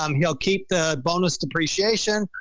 um he'll keep the bonus depreciation,